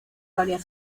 varias